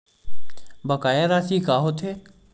बकाया राशि का होथे?